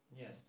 Yes